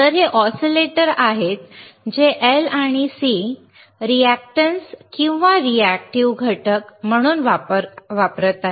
तर हे ओसीलेटर आहेत जे L आणि C रिअॅक्टन्स किंवा रिअॅक्टिव्ह घटक म्हणून वापरत आहेत